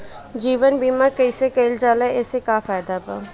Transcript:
जीवन बीमा कैसे कईल जाला एसे का फायदा बा?